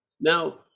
Now